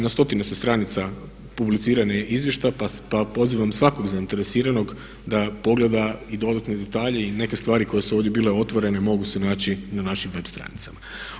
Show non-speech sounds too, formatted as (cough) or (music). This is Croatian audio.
Na stotine se stranica publicira … (unintelligible) pa pozivam svakog zainteresiranog da pogleda i dodatne detalje i neke stvari koje su ovdje bile otvorene mogu se naći na našim web stranicama.